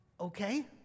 Okay